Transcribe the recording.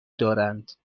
دارند